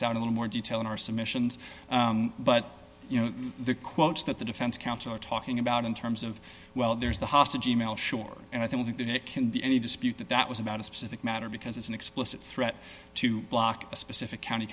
out a little more detail in our submissions but you know the quotes that the defense counsel are talking about in terms of well there's the hostage e mail shore and i think that it can be any dispute that that was about a specific matter because it's an explicit threat to block a specific county